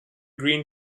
green